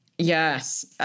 Yes